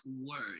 word